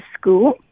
school